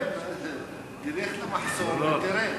כן, תלך למחסום ותראה.